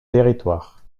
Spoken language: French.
territoires